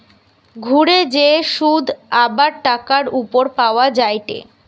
ঘুরে যে শুধ আবার টাকার উপর পাওয়া যায়টে